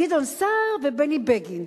גדעון סער ובני בגין.